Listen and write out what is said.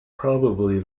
probably